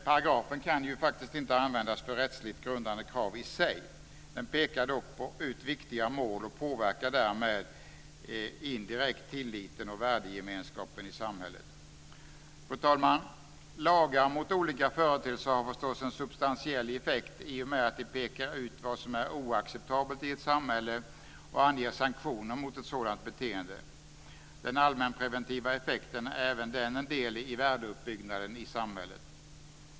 Paragrafen kan inte användas för rättsligt grundade krav i sig. Den pekar dock ut viktiga mål, och påverkar därmed indirekt tilliten och värdegemenskapen i samhället. Fru talman! Lagar mot olika företeelser har förstås en substantiell effekt i och med att de pekar ut vad som är oacceptabelt i ett samhälle och anger sanktioner mot ett sådant beteende. Den allmänpreventiva effekten är även den en del i värdeuppbyggnaden i samhället.